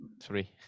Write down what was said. Three